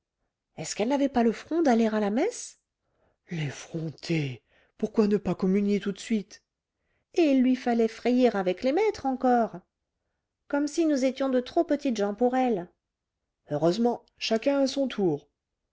est-ce qu'elle n'avait pas le front d'aller à la messe l'effrontée pourquoi ne pas communier tout de suite et il lui fallait frayer avec les maîtres encore comme si nous étions de trop petites gens pour elle heureusement chacun a son tour